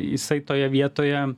jisai toje vietoje